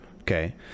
Okay